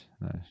nice